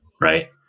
right